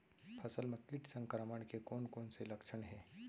फसल म किट संक्रमण के कोन कोन से लक्षण हे?